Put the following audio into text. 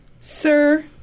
Sir